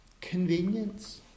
convenience